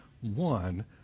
one